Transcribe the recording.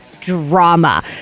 drama